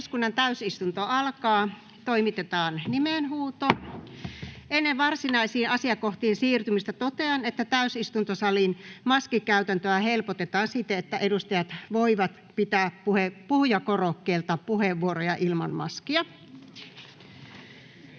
=== RAW CONTENT === Ennen varsinaisiin asiakohtiin siirtymistä totean, että täysistuntosalin maskikäytäntöä helpotetaan siten, että edustajat voivat pitää puhujakorokkeelta puheenvuoroja ilman maskia.